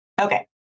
Okay